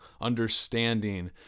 Understanding